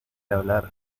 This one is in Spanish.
hablar